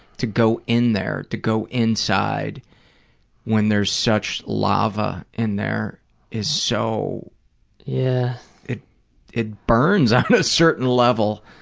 to go in there, to go inside when there's such lava in there is so yeah it it burns on a certain level.